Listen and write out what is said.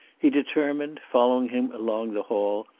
he determined, following him along the hall,